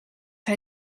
hij